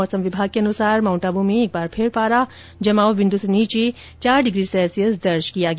मौसम विभाग के अनुसार माउंट आबू में एक बार फिर पारा जमाव बिन्दू से नीचे चार डिग्री सैल्सियस दर्ज किया गया